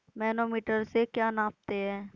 Manometer से क्या नापते हैं?